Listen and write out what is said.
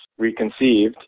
reconceived